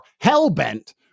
hell-bent